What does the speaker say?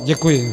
Děkuji.